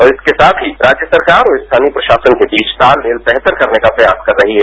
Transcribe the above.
और इसके साथ ही राज्य सरकार और स्थानीय प्रशासन के बीच तालमेल बेहतर करने का प्रयास कर रही है